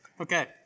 Okay